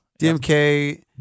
Dmk